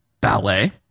ballet